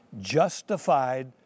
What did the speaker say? justified